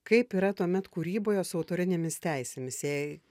kaip yra tuomet kūryboje su autorinėmis teisėmis jei